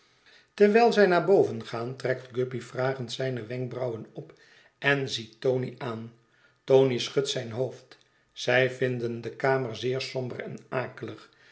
terwijl zij naar boven gaan trekt guppy vragend zijne wenkbrauwen op en ziet tony aan tony schudt zijn hoofd zij vinden de kamer zeer somber en akelig